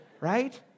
right